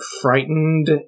frightened